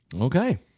Okay